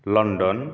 London